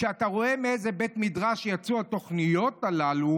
כשאתה רואה מאיזה בית מדרש יצאו התוכניות הללו